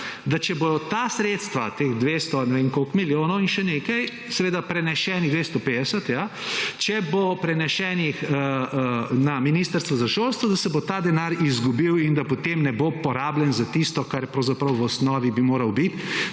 da če bojo ta sredstva, teh 200 ali ne vem koliko milijonov in še nekaj, seveda prenesenih 250, ja. Če bo prenesenih na Ministrstvo za šolstvo, da se bo ta denar izgubil in da potem ne bo porabljen za tisto, kar je pravzaprav v osnovi bi moral biti